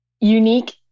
unique